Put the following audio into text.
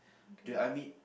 dude I meet